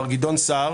מר גדעון סער,